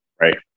Right